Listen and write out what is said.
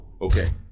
Okay